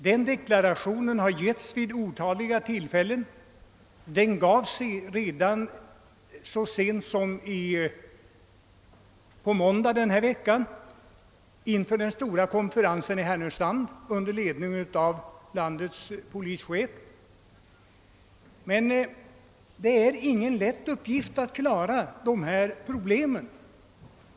Den deklarationen har gjorts vid otaliga tillfällen, senast på måndagen denna vecka inför den stora konferens som hölls i Härnösand under ledning av landets polischef. Det är ingen lätt uppgift att klara des sa problem.